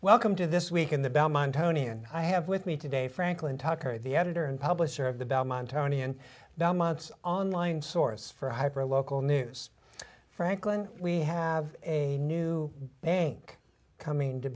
welcome to this week in the belmont tony and i have with me today franklin tucker the editor and publisher of the belmont county and now months online source for hyper local news franklin we have a new bank coming to